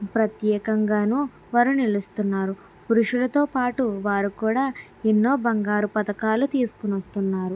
ప్రత్యేకంగాను వారు నిలుస్తున్నారు పురుషులతో పాటు వారు కూడా ఎన్నో బంగారు పథకాలు తీసుకొని వస్తున్నారు